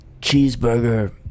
cheeseburger